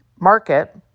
market